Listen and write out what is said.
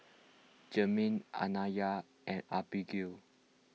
Germaine Anaya and Abagail